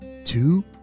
Two